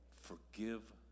forgive